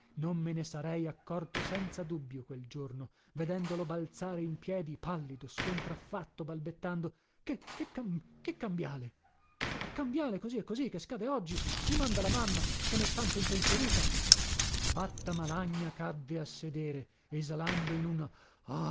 pulita me ne sarei accorto senza dubbio quel giorno vedendolo balzare in piedi pallido scontraffatto balbettando che che cam che cambiale la cambiale così e così che scade oggi i manda la mamma che nè tanto impensierita batta malagna cadde a sedere esalando in un